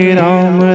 ram